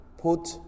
put